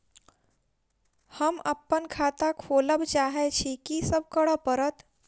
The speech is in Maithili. हम अप्पन खाता खोलब चाहै छी की सब करऽ पड़त?